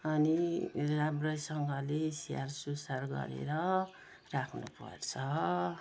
अनि राम्रैसँगले स्याहार सुसार गरेर राख्नुपर्छ